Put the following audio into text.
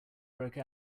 broke